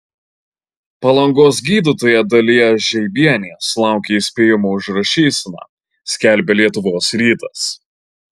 palangos gydytoja dalija žeibienė sulaukė įspėjimo už rašyseną skelbia lietuvos rytas